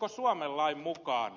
olisiko suomen lain mukaan